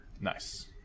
Nice